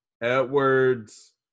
edwards